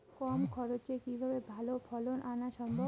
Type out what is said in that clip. কম খরচে কিভাবে ভালো ফলন আনা সম্ভব?